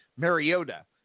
Mariota